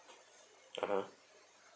(uh huh)